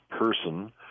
person